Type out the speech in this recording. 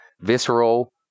visceral